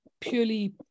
purely